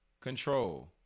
control